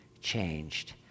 changed